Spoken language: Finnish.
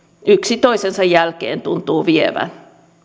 yksi toisensa jälkeen tuntuvat vievän